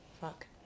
Fuck